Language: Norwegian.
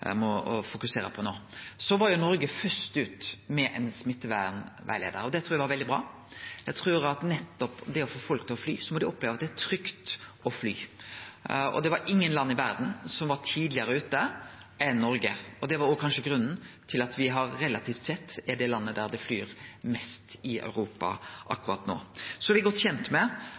på no. Noreg var først ute med ein smittevernrettleiar, og det trur eg var veldig bra. Eg trur at for å få folk til å fly, må dei oppleve at det er trygt å fly. Det var ingen land i verda som var tidlegare ute enn Noreg, og det var òg kanskje grunnen til at me relativt sett er det landet der ein flyr mest i Europa akkurat no. Me er også godt kjent med